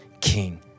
King